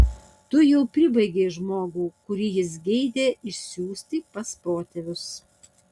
tu jau pribaigei žmogų kurį jis geidė išsiųsti pas protėvius